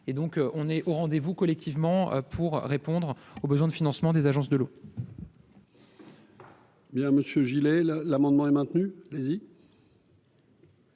et donc on est au rendez-vous, collectivement, pour répondre aux besoins de financement des agences de l'eau. Bien Monsieur Gillet, l'amendement est maintenu